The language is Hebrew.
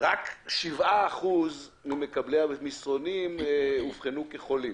רק כ-7% ממקבלי המסרונים אובחנו כחולים.